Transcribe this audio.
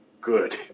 Good